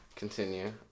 continue